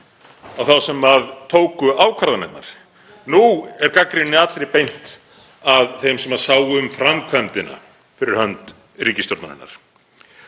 á þá sem tóku ákvarðanirnar. Nú er gagnrýni allri beint að þeim sem sáu um framkvæmdina fyrir hönd ríkisstjórnarinnar.